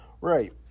Right